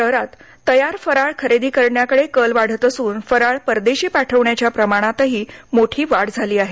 शहरात तयार फराळ खरेदी करण्याकडे कल वाढत असून फराळ परदेशी पाठवण्याच्या प्रमाणातही मोठी वाढ झाली आहे